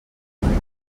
minuts